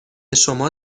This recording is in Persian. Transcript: شما